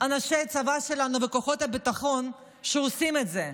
אנשי צבא שלנו וכוחות הביטחון שעושים את זה?